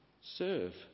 Serve